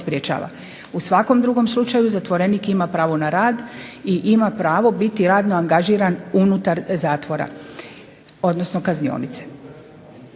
U svakom drugom slučaju zatvorenik ima pravo na rad i ima pravo biti radno angažiran unutar zatvora, odnosno kaznionice.